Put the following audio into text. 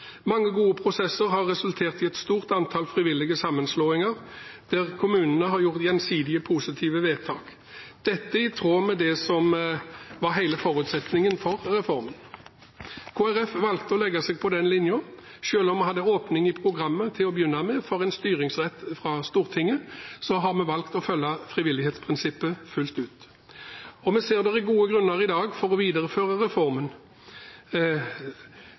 Mange gode prosesser har resultert i et stort antall frivillige sammenslåinger, der kommunene har gjort gjensidig positive vedtak, i tråd med det som var hele forutsetningen for reformen. Kristelig Folkeparti valgte å legge seg på den linjen. Selv om vi hadde en åpning i programmet til å begynne med for en styringsrett fra Stortinget, har vi valgt å følge frivillighetsprinsippet fullt ut. Vi ser det er gode grunner i dag for å videreføre reformen.